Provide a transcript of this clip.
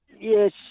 yes